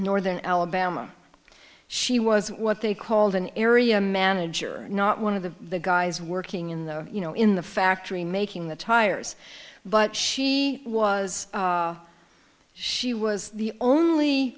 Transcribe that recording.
northern alabama she was what they called an area manager not one of the guys working in the you know in the factory making the tires but she was she was the only